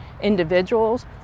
individuals